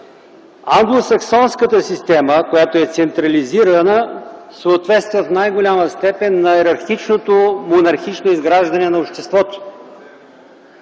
Англо-саксонската система, която е централизирана, съответства в най-голяма степен на йерархичното монархично изграждане на обществото.